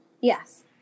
Yes